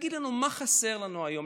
תגיד לנו מה חסר לנו היום,